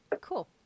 Cool